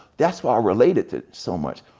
that's why i related to it so much.